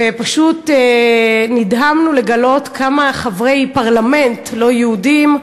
ופשוט נדהמנו לגלות כמה חברי פרלמנט לא יהודים,